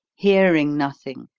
hearing nothing,